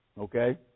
okay